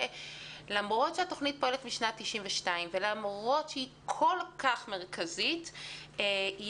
שלמרות שהתוכנית פועלת משנת 1992 ולמרות שהיא כל כך מרכזית היא